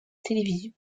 télévision